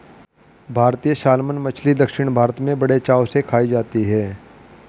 भारतीय सालमन मछली दक्षिण भारत में बड़े चाव से खाई जाती है